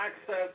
access